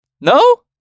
No